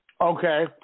Okay